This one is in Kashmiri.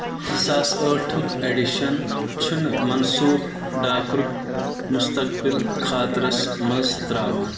زٕ ساس ٲٹھٹُک ایڈیشن چھُنہٕ منسوخ ڈاکرُک مستقبل خاطرَس منٛز تراوان